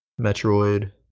metroid